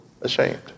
ashamed